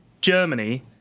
Germany